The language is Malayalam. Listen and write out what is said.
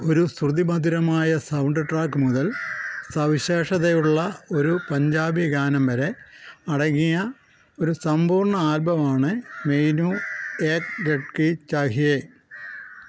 ഒരു ശ്രുതിമധുരമായ സൗണ്ട്ട്രാക്ക് മുതൽ സവിശേഷതയുള്ള ഒരു പഞ്ചാബി ഗാനം വരെ അടങ്ങിയ ഒരു സമ്പൂർണ്ണ ആൽബം ആണ് മെയ്നു ഏക് ലഡ്കി ചാഹിയേ